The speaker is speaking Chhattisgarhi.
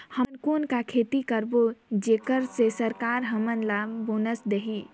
हमन कौन का खेती करबो जेकर से सरकार हमन ला बोनस देही?